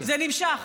זה נמשך.